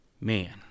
man